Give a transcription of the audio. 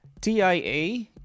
TIA